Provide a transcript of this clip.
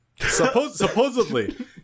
supposedly